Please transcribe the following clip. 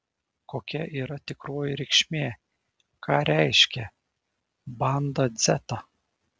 kokia yra tikroji reikšmė ką reiškia banda dzeta